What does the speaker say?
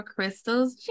Crystal's